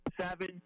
seven